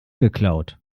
geklaut